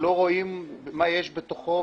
שלא רואים מה יש בתוכו,